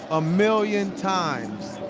a million times.